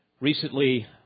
Recently